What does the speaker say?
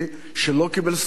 שלא קיבל סמכויות,